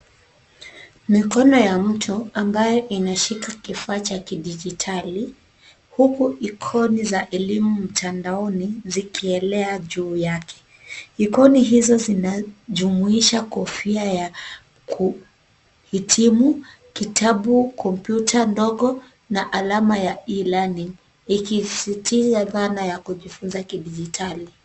Mikono ya mtu ambayo imeshika kifaa cha kidijitali, huku ikoni za elimu mtandaoni zikielea juu yake. Ikoni hizi zinajumuisha kofia ya kuhitimu, kitabu, kompytuta ndogo na alama ya e learning , ikisisitiza dhana ya kujifunza kidijitali.